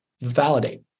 validate